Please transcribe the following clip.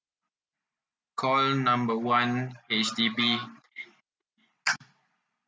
call number one H_D_B